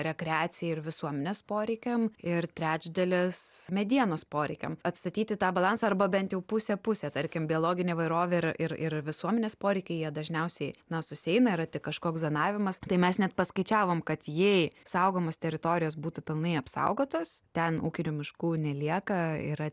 rekreacijai ir visuomenės poreikiam ir trečdalis medienos poreikiam atstatyti tą balansą arba bent jau pusė pusė tarkim biologinė įvairovė ir ir visuomenės poreikiai jie dažniausiai na susieina yra tik kažkoks zonavimas tai mes net paskaičiavom kad jei saugomos teritorijos būtų pilnai apsaugotos ten ūkinių miškų nelieka yra